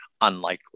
unlikely